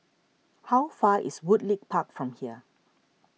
how far is Woodleigh Park from here